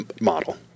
model